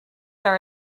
are